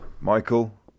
Michael